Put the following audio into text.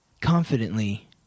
confidently